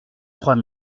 trois